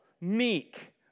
meek